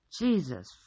Jesus